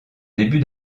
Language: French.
début